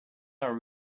our